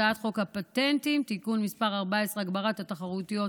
הצעת חוק הפטנטים (תיקון מס' 14) (הגברת התחרותיות),